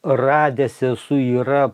radęs esu yra